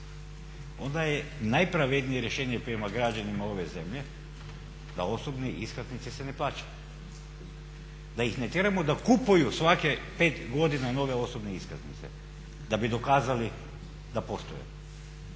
onda je najpravednije rješenje prema građanima ove zemlje da osobne iskaznice se ne plaćaju, da ih ne tjeramo da kupuju svakih pet godina nove osobne iskaznice da bi dokazali da postoje.